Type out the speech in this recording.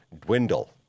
dwindle